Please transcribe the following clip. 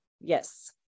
Yes